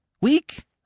Weak